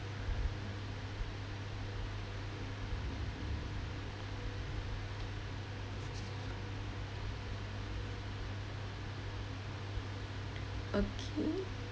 okay